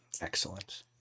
Excellent